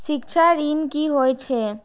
शिक्षा ऋण की होय छै?